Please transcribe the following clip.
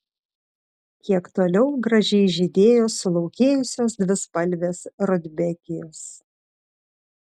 kiek toliau gražiai žydėjo sulaukėjusios dvispalvės rudbekijos